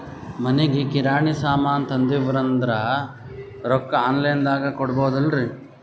ಮನಿಗಿ ಕಿರಾಣಿ ಸಾಮಾನ ತಂದಿವಂದ್ರ ರೊಕ್ಕ ಆನ್ ಲೈನ್ ದಾಗ ಕೊಡ್ಬೋದಲ್ರಿ?